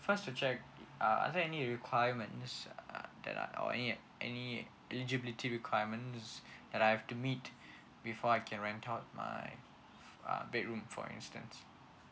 first to check uh are there any requirements uh that are or any uh any eligibility requirements that I have to meet before I can rent out my uh bedroom for instant